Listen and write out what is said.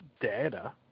data